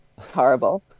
horrible